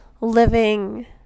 living